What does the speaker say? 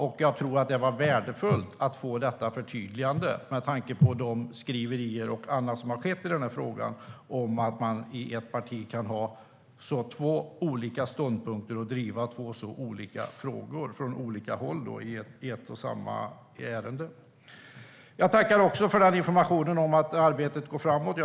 Jag tror också att det var värdefullt att få detta förtydligande med tanke på de skriverier och annat som har förekommit i den här frågan om att man i ett visst parti kan ha två olika ståndpunkter och driva två så olika frågor från olika håll i ett och samma ärende. Jag tackar också för informationen om att arbetet går framåt.